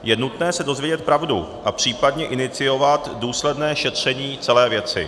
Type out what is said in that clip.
Je nutné se dozvědět pravdu a případně iniciovat důsledné šetření celé věci.